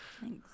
Thanks